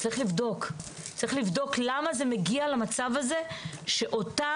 צריך לבדוק למה זה מגיע למצב הזה שאותה